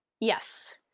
Yes